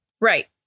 Right